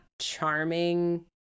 charming